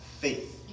faith